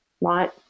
right